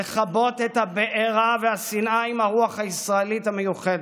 לכבות את הבערה והשנאה עם הרוח הישראלית המיוחדת,